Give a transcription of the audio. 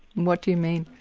what do you mean?